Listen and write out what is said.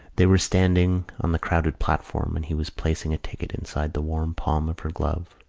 they were standing on the crowded platform and he was placing a ticket inside the warm palm of her glove.